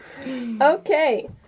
Okay